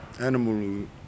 animal